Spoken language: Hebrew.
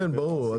כן ברור,